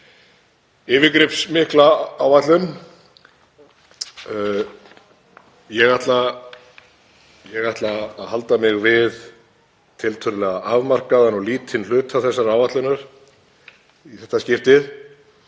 yfirgripsmikla áætlun. Ég ætla að halda mig við tiltölulega afmarkaðan og lítinn hluta þeirrar áætlunar í þetta skipti.